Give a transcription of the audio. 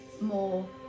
more